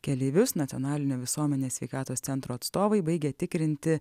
keleivius nacionalinio visuomenės sveikatos centro atstovai baigė tikrinti